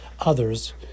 others